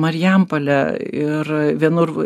marijampolė ir vienur